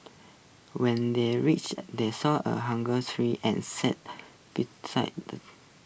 when they reached they saw A hunger tree and sat beside